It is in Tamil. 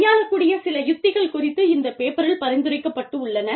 கையாளக் கூடிய சில யுக்திகள் குறித்து இந்த பேப்பரில் பரிந்துரைக்கப்பட்டுள்ளன